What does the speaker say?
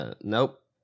nope